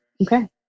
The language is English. Okay